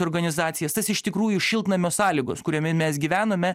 organizacijas tas iš tikrųjų šiltnamio sąlygos kuriame mes gyvenome